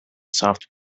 soft